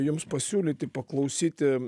jums pasiūlyti paklausyti